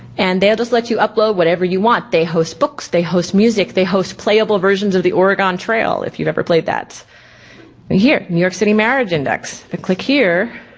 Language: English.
and they'll just let you upload whatever you want. they host books, they host music, they host playable versions of the oregon trail, if you've ever played that. right here, new york city marriage index, then click here.